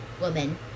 Woman